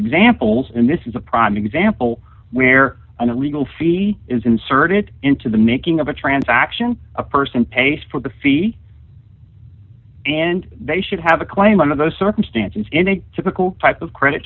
examples and this is a prime example where an illegal fee is inserted into the making of a transaction a person pays for the fee and they should have a claim under those circumstances in a typical type of credit